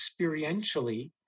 experientially